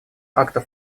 актов